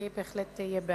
אני בהחלט אהיה בעד.